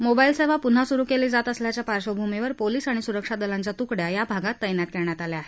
mobile सेवा पुन्हा सुरु केली जात असल्याच्या पार्श्वभूमीवर पोलीस आणि सुरक्षा दलांच्या तुकड्या या भागात तस्ति केल्या आहेत